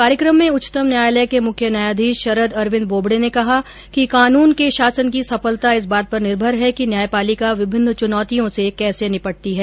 कार्यक्रम में उच्चतम न्यायालय के मुख्य न्यायाधीश शरद अरविंद बोबड़े ने कहा कि कानून के शासन की सफलता इस बात पर निर्भर है कि न्यायपालिका विभिन्न चुनौतियों से कैसे निपटती है